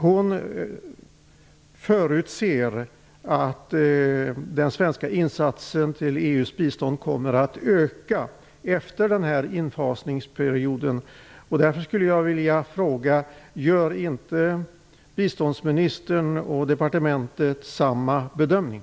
Hon förutser att den svenska insatsen till EU:s bistånd kommer att öka efter infasningsperioden. Jag skulle därför vilja fråga: Gör inte biståndsministern och departementet samma bedömning?